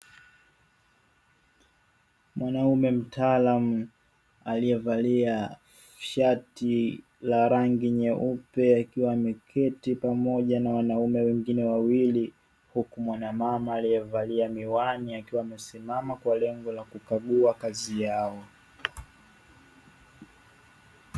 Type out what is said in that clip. Mwanaume mtaalamu, aliyevalia shati la rangi nyeupe, akiwa ameketi pamoja na wanaume wengine wawili, huku mwanamama aliyevalia miwani, akisimama kwa lengo la kukagua kazi yao.